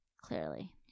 Clearly